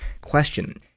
Question